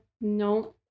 No